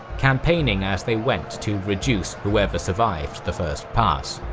campaigning as they went to reduce whoever survived the first pass.